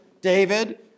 David